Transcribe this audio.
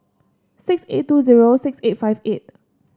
six eight two zero six eight five eight